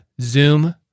Zoom